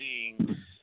seeing